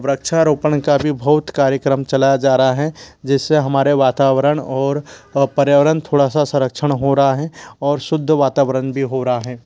व्रच्छारोपण का भी बहुत कार्यक्रम चलाया जा रहा है जिस से हमारे वातावरण और पर्यावरण थोड़ा सा सरक्षण हो रहा है और शुद्ध वातावरण भी हो रहा है